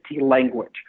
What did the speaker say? language